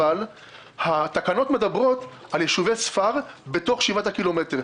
אבל התקנות מדברות על יישובי ספר בתוך שבעת הקילומטר,